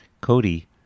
Cody